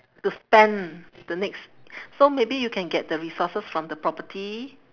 to spend the next so maybe you can get the resources from the property